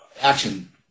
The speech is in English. action